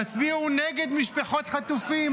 תצביעו נגד משפחות חטופים.